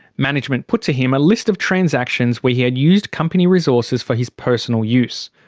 management put to him a list of transactions where he had used company resources for his personal use.